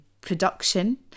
production